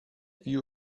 view